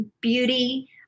beauty